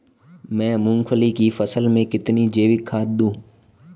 मैं मूंगफली की फसल में कितनी जैविक खाद दूं?